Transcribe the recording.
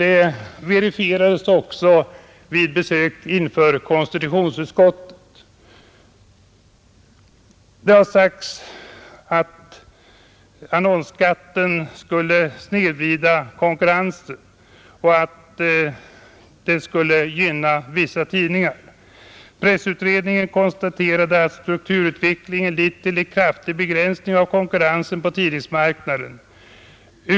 Detta verifierades också vid besök inför konstitutionsutskottet. Det har sagts att annonsskatten skulle snedvrida konkurrensen och gynna vissa tidningar. Pressutredningen konstaterade att strukturutvecklingen lett till kraftig begränsning av konkurrensen på tidningsmarknaden.